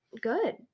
good